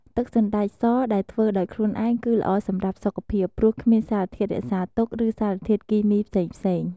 ទឹកសណ្ដែកសដែលធ្វើដោយខ្លួនឯងគឺល្អសម្រាប់សុខភាព ព្រោះគ្មានសារធាតុរក្សាទុក ឬសារធាតុគីមីផ្សេងៗ។